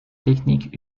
technique